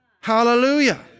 Hallelujah